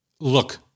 look